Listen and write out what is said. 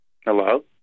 Hello